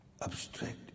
abstract